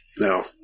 now